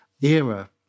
era